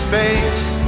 Space